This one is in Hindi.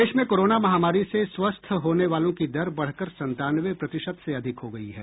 प्रदेश में कोरोना महामारी से स्वस्थ होने वालों की दर बढ़कर संतानवे प्रतिशत से अधिक हो गई है